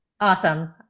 awesome